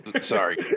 sorry